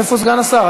איפה סגן השר?